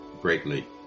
greatly